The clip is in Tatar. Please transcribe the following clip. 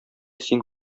син